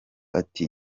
ati